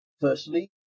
Firstly